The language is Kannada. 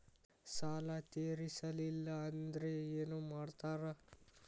ಸಾಲ ತೇರಿಸಲಿಲ್ಲ ಅಂದ್ರೆ ಏನು ಮಾಡ್ತಾರಾ?